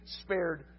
spared